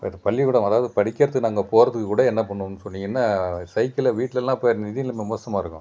அதாவது பள்ளிக்கூடம் அதாவது படிக்கிறது நாங்கள் போகிறதுக்கு கூட என்ன பண்ணுவோம் சொன்னீங்கன்னால் சைக்கிளை வீட்லெல்லாம் அப்போ நிதி நிலைமை மோசமாயிருக்கும்